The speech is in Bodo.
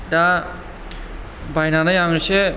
दा बायनानै आं इसे